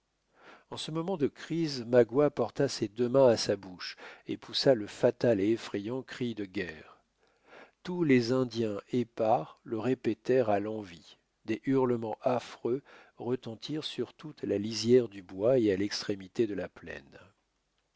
en ce moment de crise magua porta ses deux mains à sa bouche et poussa le fatal et effrayant cri de guerre tous les indiens épars le répétèrent à l'envi des hurlements affreux retentirent sur toute la lisière du bois et à l'extrémité de la plaine